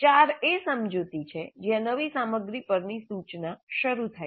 ૪ એ સમજૂતી છે જ્યાં નવી સામગ્રી પરની સૂચના શરૂ થાય છે